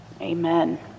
Amen